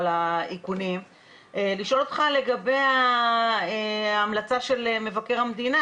אני רוצה לשאול אותך לגבי ההמלצה של מבקר המדינה.